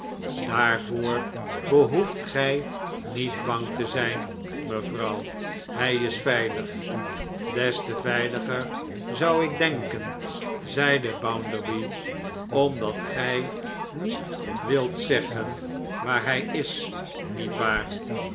daarvoor behoeft gij niet bang te zijn mevrouw hij is veilig des te veiliger zou ik denken zeide bounderby omdat gij niet wilt zeggen waar hij is niet waar